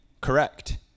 Correct